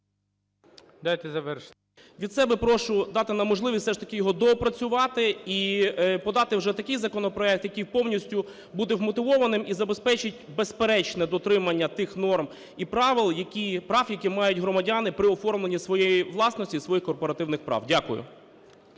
Дайте завершити. ФРІС І.П. І від себе прошу дати нам можливість все ж таки його доопрацювати і подати вже такий законопроект, який повністю буде вмотивованим і забезпечить безперечне дотримання тих норм і прав, які мають громадяни при оформленні своєї власності і своїх корпоративних прав. Дякую.